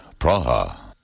Praha